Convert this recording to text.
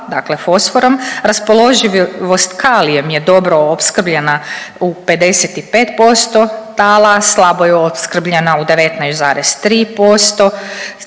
dakle fosforom. Raspoloživost kalijem je dobro opskrbljena u 55% tala, a slabo je opskrbljena u 19,3%